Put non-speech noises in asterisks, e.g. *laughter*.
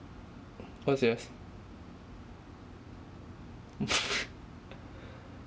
what's yours *laughs*